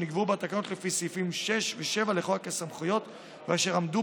שנקבעו בתקנות לפי סעיפים 6 ו-7 לחוק הסמכויות ואשר עמדו